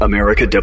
America